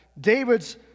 David's